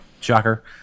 Shocker